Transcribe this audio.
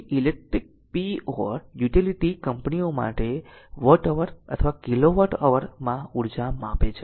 તેથી electric p or utility કંપનીઓ watt hour અથવા કિલો વોટ અવર માં ઉર્જા માપે છે